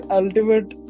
ultimate